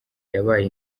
yabaye